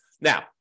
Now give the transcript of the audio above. Now